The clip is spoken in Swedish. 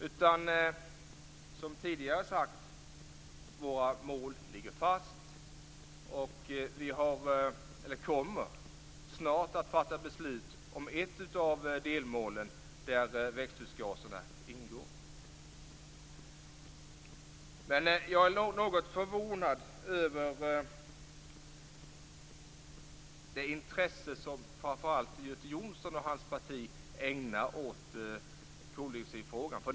Som vi tidigare har sagt ligger våra mål fast. Vi kommer snart att fatta beslut om ett av delmålen där växthusgaserna ingår. Jag är något förvånad över det intresse som framför allt Göte Jonsson och hans parti ägnar åt koldioxidfrågan.